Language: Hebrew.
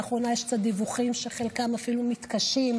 לאחרונה יש קצת דיווחים שחלקם אפילו מתקשים,